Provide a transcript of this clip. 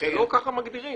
לא ככה מגדירים.